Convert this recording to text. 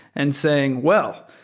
and saying, well,